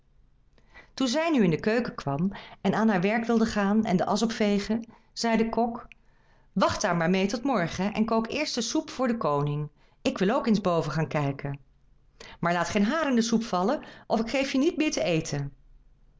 toen zij nu in de keuken kwam en aan haar werk wilde gaan en de asch opvegen zeî de kok wacht daar maar meê tot morgen en kook eerst de soep voor den koning ik wil ook eens boven gaan kijken maar laat geen haar in de soep vallen of ik geef je niet meer te eten